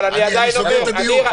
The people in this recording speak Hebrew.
אני סוגר את הדיון.